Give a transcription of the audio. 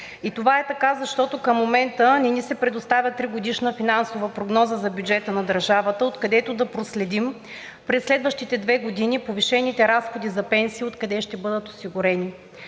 И това е така, защото към момента не ни се предоставя тригодишна финансова прогноза за бюджета на държавата, откъдето да проследим през следващите две години повишените разходи за пенсии откъде ще бъдат осигурени.